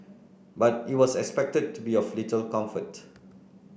but it was expected to be of little comfort